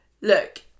look